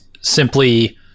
simply